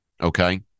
Okay